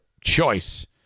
choice